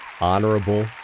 honorable